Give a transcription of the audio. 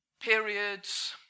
periods